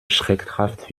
schreckhaft